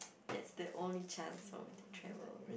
that's the only chance for me to travel